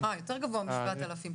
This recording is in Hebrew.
יותר גבוה מ-7,000.